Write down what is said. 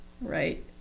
Right